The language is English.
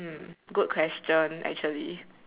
hmm good question actually